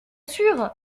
sûr